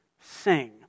Sing